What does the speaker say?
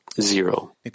zero